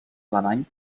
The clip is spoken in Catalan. alemany